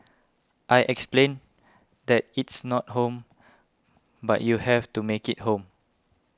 I explained that it's not home but you have to make it home